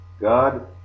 God